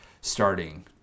starting